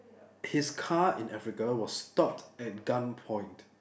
his car in Africa was stopped at gunpoint